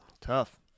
tough